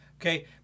Okay